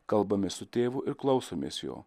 kalbamės su tėvu ir klausomės jo